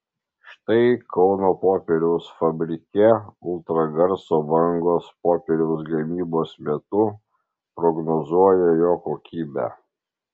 štai kauno popieriaus fabrike ultragarso bangos popieriaus gamybos metu prognozuoja jo kokybę